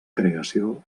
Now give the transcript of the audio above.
creació